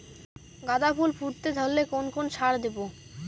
গাদা ফুল ফুটতে ধরলে কোন কোন সার দেব?